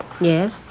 Yes